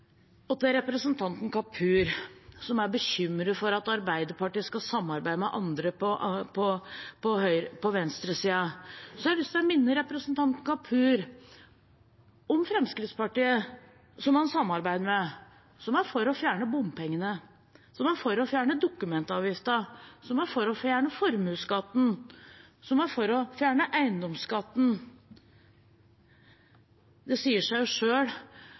Til representanten Kapur, som er bekymret for at Arbeiderpartiet skal samarbeide med andre på venstresiden: Jeg har lyst til å minne representanten Kapur om Fremskrittspartiet, som han samarbeider med, som er for å fjerne bompengene, som er for å fjerne dokumentavgiften, som er for å fjerne formuesskatten, og som er for å fjerne eiendomsskatten. Det sier seg